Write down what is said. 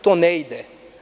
To ne ide.